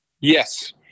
Yes